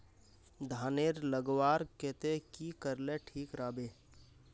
धानेर लगवार केते की करले ठीक राब?